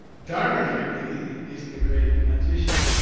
dharmakirti is the great logician.